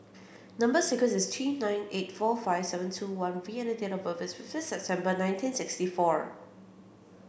number sequence is T nine eight four five seven two one V and date of birth is fifth September nineteen sixty four